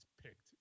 picked